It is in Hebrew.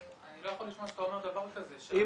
--- אני לא יכול לשמוע כשאתה אומר דבר כזה --- אם